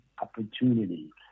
opportunity